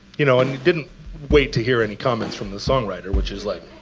you know and he didn't wait to hear any comments from the songwriter, which is like,